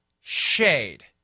Shade